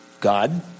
God